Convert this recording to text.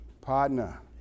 Partner